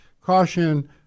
caution